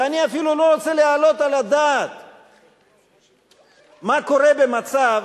ואני אפילו לא רוצה לדעת מה קורה במצב